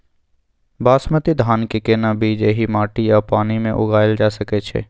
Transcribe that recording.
बासमती धान के केना बीज एहि माटी आ पानी मे उगायल जा सकै छै?